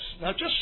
now—just